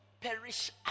perish